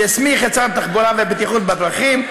שהסמיך את שר התחבורה והבטיחות בדרכים,